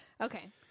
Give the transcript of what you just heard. Okay